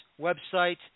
website